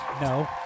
No